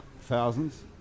thousands